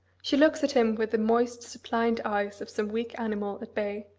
she looks at him with the moist, suppliant eyes of some weak animal at bay.